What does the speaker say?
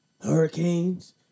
Hurricanes